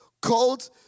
called